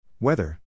Weather